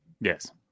yes